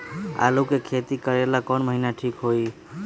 आलू के खेती करेला कौन महीना ठीक होई?